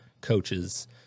coaches